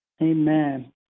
Amen